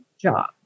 job